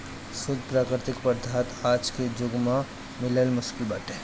शुद्ध प्राकृतिक पदार्थ आज के जुग में मिलल मुश्किल बाटे